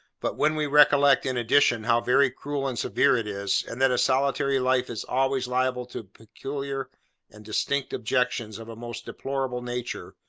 but when we recollect, in addition, how very cruel and severe it is, and that a solitary life is always liable to peculiar and distinct objections of a most deplorable nature,